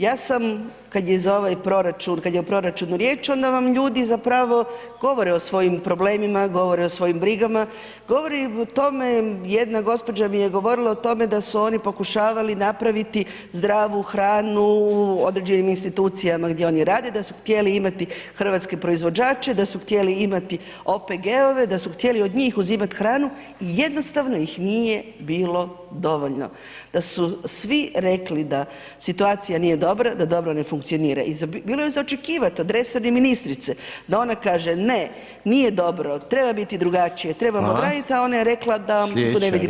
Ja sam kad je za ovaj proračun, kad je o proračunu riječ onda vam ljudi zapravo govore o svojim problemima, govore o svojim brigama, govorim o tome, jedna gospođa mi je govorila o tome da su oni pokušavali napraviti zdravu hranu u određenim institucijama gdje oni rade, da su htjeli imati hrvatske proizvođače, da su htjeli imati OPG-ove, da su htjeli od njih uzimat hranu i jednostavno ih nije bilo dovoljno, da su svi rekli da situacija nije dobra, da dobro ne funkcionira i bilo je za očekivat od resorne ministrice da ona kaže ne, nije dobro, treba biti drugačije, trebamo [[Upadica: Hvala]] odradit, a ona je rekla da [[Upadica: Slijedeća replike…]] tu ne vidi problem.